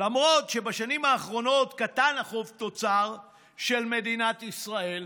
למרות שבשנים האחרונות קטן החוב תוצר של מדינת ישראל,